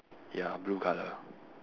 ya blue colour